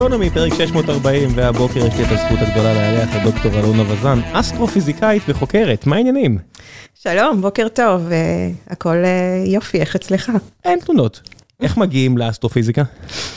פרק 640 והבוקר יש לי את הזכות הגדולה לארח את דוקטור אלונה וזן, אסטרופיזיקאית וחוקרת, מה העניינים? שלום, בוקר טוב, הכל יופי, איך אצלך? אין תלונות. איך מגיעים לאסטרופיזיקה?